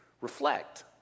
reflect